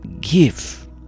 give